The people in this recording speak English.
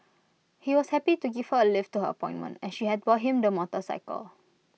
he was happy to give her A lift to her appointment as she had bought him the motorcycle